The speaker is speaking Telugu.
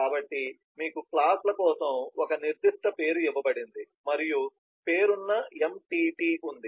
కాబట్టి మీకు క్లాస్ ల కోసం ఒక నిర్దిష్ట పేరు ఇవ్వబడింది మరియు పేరున్న ఎంటిటీ ఉంది